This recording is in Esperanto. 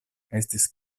estis